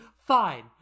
Fine